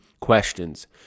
questions